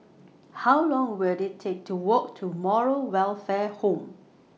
How Long Will IT Take to Walk to Moral Welfare Home